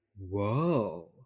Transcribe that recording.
whoa